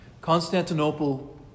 Constantinople